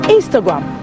Instagram